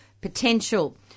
potential